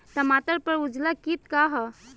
टमाटर पर उजला किट का है?